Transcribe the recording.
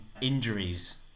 injuries